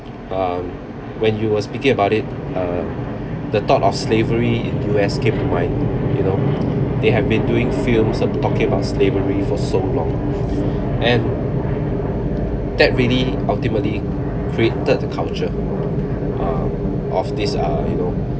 um when you were speaking about it uh the thought of slavery in U_S came to mind you know they have been doing films talking about slavery for so long and that really ultimately created the culture uh of this uh you know